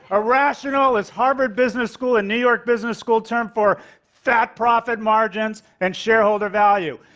irrational is harvard business school's and new york business school's term for fat profit margins and shareholder value.